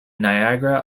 niagara